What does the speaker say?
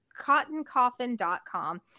CottonCoffin.com